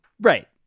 Right